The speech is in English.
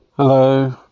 Hello